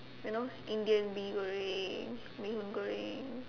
you know Indian mee goreng mee-hoon goreng